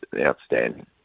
outstanding